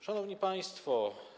Szanowni Państwo!